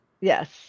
Yes